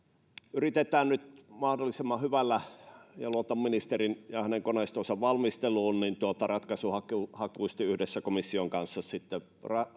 yritetään nyt mahdollisimman hyvällä ja luotan ministerin ja hänen koneistonsa valmisteluun hakea ratkaisuhakuisesti yhdessä komission kanssa